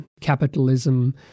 capitalism